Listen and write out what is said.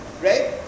right